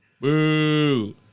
Boo